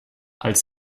als